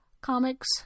Comics